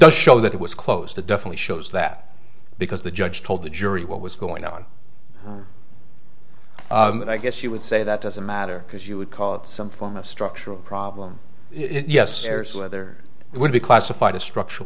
does show that it was close to definitely shows that because the judge told the jury what was going on and i guess you would say that doesn't matter because you would call it some form of structural problem yes there is whether it would be classified as structur